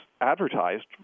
advertised